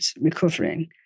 recovering